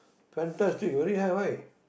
fantastic very high right